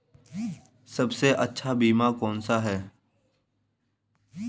सबसे अच्छा बीमा कौनसा है?